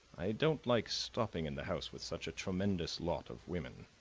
i don't like stopping in the house with such a tremendous lot of women.